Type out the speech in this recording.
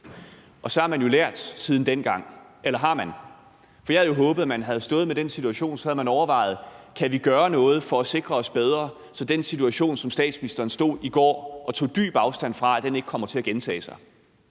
har så lært noget siden dengang – eller har man? For jeg havde jo håbet, at man havde overvejet, om man kunne gøre noget for at sikre sig bedre, så den situation, som statsministeren i går stod og tog dyb afstand fra, ikke kommer til at gentage sig.